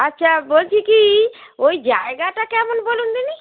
আচ্ছা বলছি কি ওই জায়গাটা কেমন বলুন দেখিনি